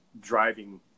driving